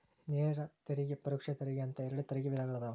ನೇರ ತೆರಿಗೆ ಪರೋಕ್ಷ ತೆರಿಗೆ ಅಂತ ಎರಡ್ ತೆರಿಗೆ ವಿಧಗಳದಾವ